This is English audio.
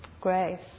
Great